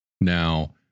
Now